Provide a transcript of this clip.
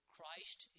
Christ